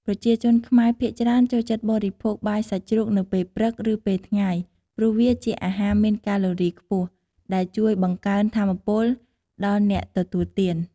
ប្រជាជនខ្មែរភាគច្រើនចូលចិត្តបរិភោគបាយសាច់ជ្រូកនៅពេលព្រឹក ឬពេលថ្ងៃ ព្រោះវាជាអាហារមានកាឡូរីខ្ពស់ ដែលជួយបង្កើនថាមពលដល់អ្នកទទួលទាន។